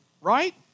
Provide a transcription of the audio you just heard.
Right